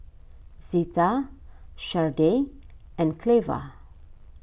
Zita Shardae and Cleva